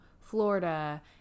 Florida